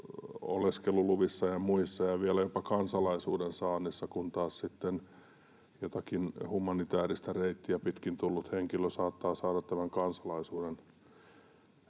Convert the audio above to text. oleskeluluvissa ja muissa ja vielä jopa kansalaisuuden saannissa, kun taas sitten jotakin humanitääristä reittiä pitkin tullut henkilö saattaa saada tämän kansalaisuuden